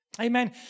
Amen